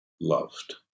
loved